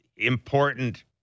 Important